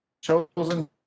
chosen